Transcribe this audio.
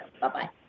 Bye-bye